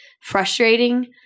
frustrating